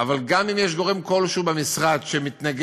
אבל גם אם יש גורם כלשהי במשרד שמתנגד